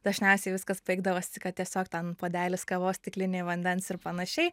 dažniausiai viskas baigdavosi kad tiesiog ten puodelis kavos stiklinė vandens ir panašiai